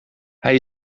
hij